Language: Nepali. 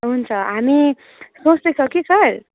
हुन्छ हामी सोच्दैछ कि सर